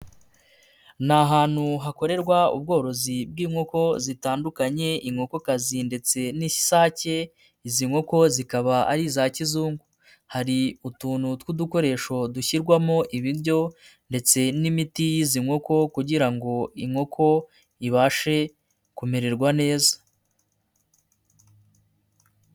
Ni ahantu hakorerwa ubworozi bw'inkoko zitandukanye, inkokokazi ndetse n'isake, izi nkoko zikaba ari iza kizungu. Hari utuntu tw'udukoresho dushyirwamo ibiryo ndetse n'imiti y'izi nkoko kugira ngo inkoko ibashe kumererwa neza.